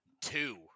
Two